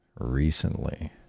recently